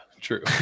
True